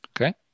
Okay